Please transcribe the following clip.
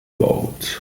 boat